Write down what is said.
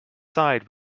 side